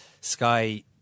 Sky